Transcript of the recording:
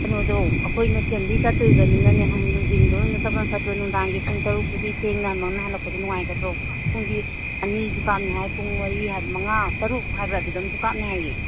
ꯀꯩꯅꯣꯗꯣ ꯑꯩꯈꯣꯏꯅ ꯐꯦꯝꯂꯤ ꯆꯠꯇꯣꯏꯕꯅꯤꯅꯅꯦ ꯅꯨꯡꯊꯤꯟꯗꯣ ꯑꯣꯏꯅ ꯆꯠꯄꯅ ꯐꯠꯇ꯭ꯔꯣ ꯅꯨꯡꯗꯥꯡꯒꯤ ꯄꯨꯡ ꯇꯔꯨꯛꯇꯨꯗꯤ ꯊꯦꯡꯅ ꯃꯝꯅ ꯍꯜꯂꯛꯄꯗꯣ ꯅꯨꯡꯉꯥꯏꯒꯗ꯭ꯔꯣ ꯄꯨꯡꯗꯤ ꯑꯅꯤꯁꯨ ꯀꯥꯞꯅꯤ ꯍꯥꯏ ꯄꯨꯡ ꯃꯔꯤ ꯃꯉꯥ ꯇꯔꯨꯛ ꯍꯥꯏꯕ꯭ꯔ ꯑꯗꯨꯗ ꯑꯃꯁꯨ ꯀꯥꯞꯅꯤ ꯍꯥꯏꯌꯦ